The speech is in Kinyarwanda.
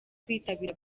kwitabira